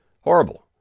Horrible